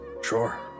sure